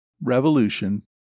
Revolution